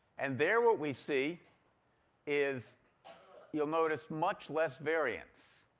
and there what we see is you'll notice much less variance.